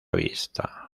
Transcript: vista